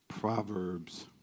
Proverbs